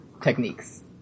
techniques